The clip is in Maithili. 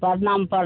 प्रणाम पर